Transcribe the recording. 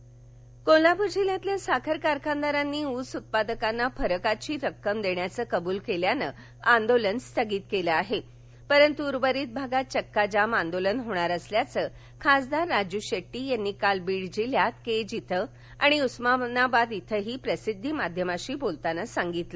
बीड कोल्हापूर जिल्ह्यातील साखर कारखानदारांनी ऊस उत्पादकांना फरकाची रक्कम देण्याचं कबूल केल्यानं आंदोलन स्थगित केल परतु उर्वरित भागात चक्का जाम आंदोलन होणार असल्याच खासदार राजू शेट्टी यांनी काल बीड जिल्ह्यात केज इथं आणि उस्मानाबाद इथेही प्रसिद्वी माध्यमांशी बोलताना सांगितलं